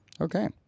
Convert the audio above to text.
Okay